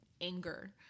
anger